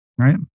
right